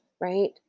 right